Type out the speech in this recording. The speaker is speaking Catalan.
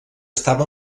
estava